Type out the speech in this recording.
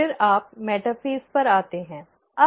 फिर आप मेटाफ़ेज़ पर आते हैं